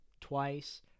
twice